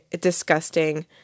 disgusting